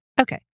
okay